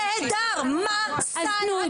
נהדר, מה סל הכלים?